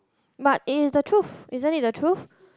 but it is the truth isn't it the truth